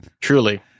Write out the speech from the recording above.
Truly